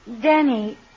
Danny